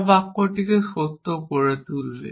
যা বাক্যটিকে সত্য করে তুলবে